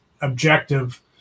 objective